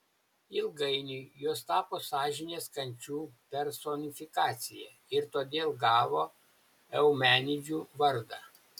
ilgainiui jos tapo sąžinės kančių personifikacija ir todėl gavo eumenidžių vardą